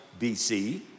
BC